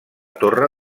torre